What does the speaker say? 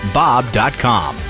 bob.com